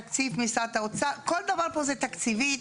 תקציב משרד האוצר, כל דבר פה זה תקציבים.